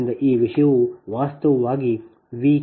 ಆದ್ದರಿಂದ ಈ ವಿಷಯವು ವಾಸ್ತವವಾಗಿ VkZj1I1Zj2I2ZjjIjZjnInZjjZbIk